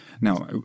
Now